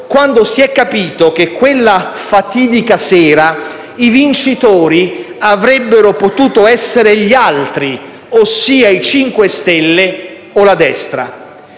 quando si è capito che quella fatidica sera i vincitori avrebbero potuto essere gli altri, ossia i 5 Stelle o la destra.